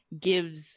gives